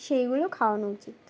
সেইগুলো খাওয়ানো উচিত